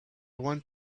want